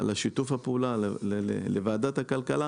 לשיתוף הפעולה לוועדת הכלכלה.